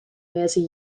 wijzen